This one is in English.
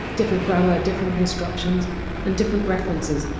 different grammar, different constructions and different references,